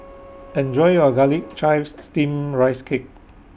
Enjoy your Garlic Chives Steamed Rice Cake